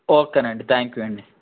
ఓకేనండి thank you అండి